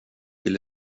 vill